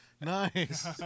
Nice